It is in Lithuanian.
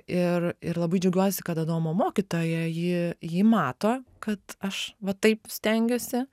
ir ir labai džiaugiuosi kad adomo mokytoja ji ji mato kad aš va taip stengiuosi